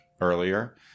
earlier